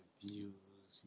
views